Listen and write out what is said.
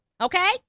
okay